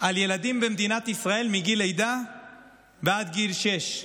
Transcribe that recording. על ילדים במדינת ישראל מגיל לידה ועד גיל שש.